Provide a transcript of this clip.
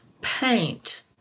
paint